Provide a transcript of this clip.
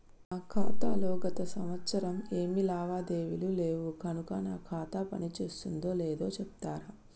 నా ఖాతా లో గత సంవత్సరం ఏమి లావాదేవీలు లేవు కనుక నా ఖాతా పని చేస్తుందో లేదో చెప్తరా?